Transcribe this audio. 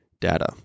data